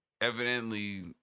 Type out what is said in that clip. evidently